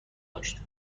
داشت